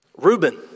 Reuben